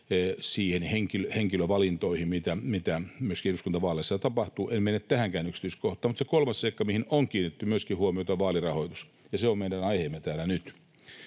niihin henkilövalintoihin, mitä myöskin eduskuntavaaleissa tapahtuu. En mene tähänkään yksityiskohtaan. Mutta se kolmas seikka, mihin on kiinnitetty myöskin huomiota, on vaalirahoitus, ja se on meidän aiheemme täällä nyt.